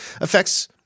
affects